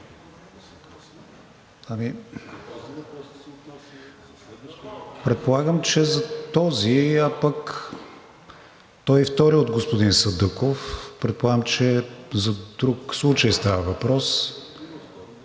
Предполагам, че за този, а пък то и вторият е от господин Садъков. Предполагам, че за друг случай става въпрос…